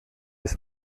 des